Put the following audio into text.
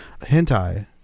hentai